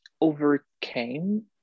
overcame